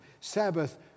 Sabbath